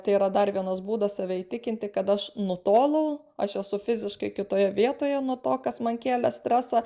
tai yra dar vienas būdas save įtikinti kad aš nutolau aš esu fiziškai kitoje vietoje nuo to kas man kėlė stresą